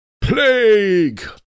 Plague